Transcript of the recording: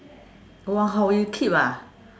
!wow! you keep ah